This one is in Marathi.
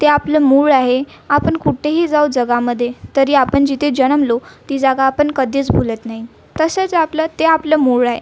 ते आपलं मूळ आहे आपण कुठेही जाऊ जगामध्ये तरी आपण जिथे जन्मलो ती जागा आपण कधीच भुलत नाही तसंच आपलं ते आपलं मूळ आहे